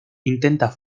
intenta